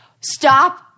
stop